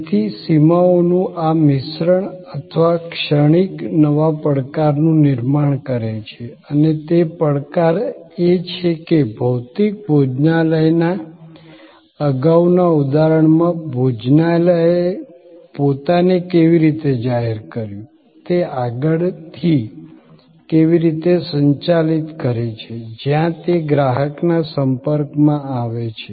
તેથી સીમાઓનું આ મિશ્રણ અથવા ક્ષણિક નવા પડકારનું નિર્માણ કરે છે અને તે પડકાર એ છે કે ભૌતિક ભોજનાલયના અગાઉના ઉદાહરણમાં ભોજનાલયે પોતાને કેવી રીતે જાહેર કર્યું તે આગળથી કેવી રીતે સંચાલિત કરે છે જ્યાં તે ગ્રાહકના સંપર્કમાં આવે છે